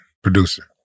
producer